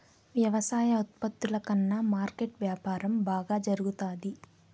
వ్యవసాయ ఉత్పత్తుల కన్నా మార్కెట్ వ్యాపారం బాగా జరుగుతాది